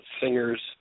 singers